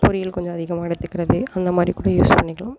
பொரியல் கொஞ்சம் அதிகமாக எடுத்துக்கிறது அந்தமாதிரிக்கூட யூஸ் பண்ணிக்கலாம்